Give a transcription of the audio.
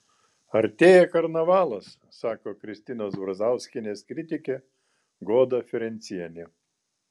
artėja karnavalas sako kristinos brazauskienės kritikė goda ferencienė